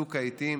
וצוק העיתים